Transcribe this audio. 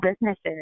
businesses